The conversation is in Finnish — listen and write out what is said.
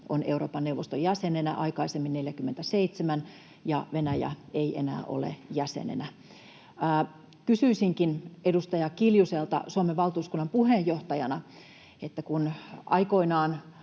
on Euroopan neuvoston jäsenenä — aikaisemmin 47, ja Venäjä ei enää ole jäsenenä. Kysyisinkin edustaja Kiljuselta Suomen valtuuskunnan puheenjohtajana: kun aikoinaan